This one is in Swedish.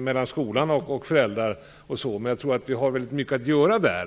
mellan skolan och föräldrarna, men jag tror att vi har väldigt mycket att göra där.